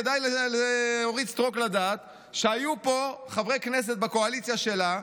כדאי לאורית סטרוק לדעת שהיו פה חברי כנסת בקואליציה שלה,